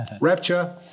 rapture